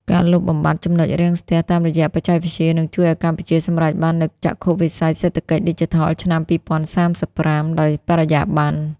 ការលុបបំបាត់ ចំណុចរាំងស្ទះ តាមរយៈបច្ចេកវិទ្យា នឹងជួយឱ្យកម្ពុជាសម្រេចបាននូវចក្ខុវិស័យសេដ្ឋកិច្ចឌីជីថលឆ្នាំ ២០៣៥ ដោយបរិយាបន្ន។